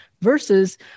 versus